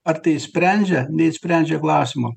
ar tai išsprendžia neišsprendžia klausimo